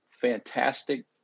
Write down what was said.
fantastic